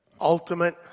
ultimate